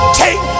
take